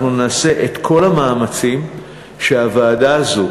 אנחנו נעשה את כל המאמצים שהוועדה הזאת,